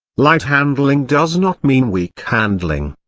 light handling does not mean weak handling.